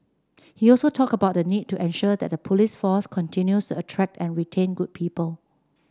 he also talked about the need to ensure that the police force continues to attract and retain good people